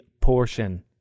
portion